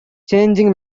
changing